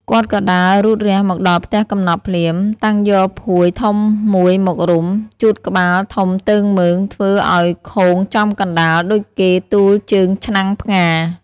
គាត់ក៏ដើររូតរះមកដល់ផ្ទះកំណប់ភ្លាម តាំងយកភួយធំមួយមករុំ ជួតក្បាលធំទើងមើងធ្វើឱ្យខូងចំកណ្តាលដូចគេទួលជើងឆ្នាំងផ្ងារ។